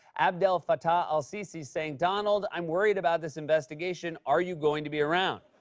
abdel fattah el-sisi, saying, donald, i'm worried about this investigation. are you going to be around?